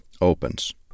opens